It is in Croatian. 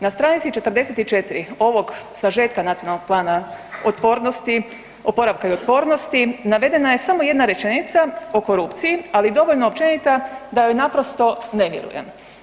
Na stranici 44 ovog sažetka Nacionalnog plana oporavka i otpornosti, navedena je samo jedna rečenica o korupciji, ali dovoljno općenita da joj naprosto ne vjerujem.